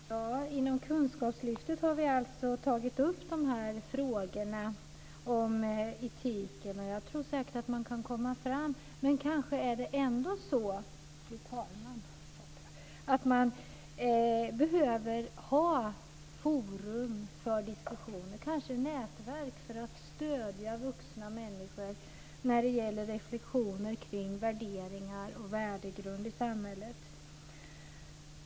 Fru talman! Inom Kunskapslyftskommittén har vi tagit upp frågorna om etiken, och jag tror säkert att man kan komma fram. Men man kanske ändå behöver ha forum för diskussioner och nätverk för att stödja vuxna människor när det gäller reflexioner kring värderingar och värdegrunden i samhället.